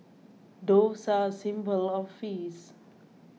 doves are a symbol of face